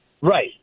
Right